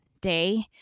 day